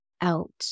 out